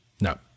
No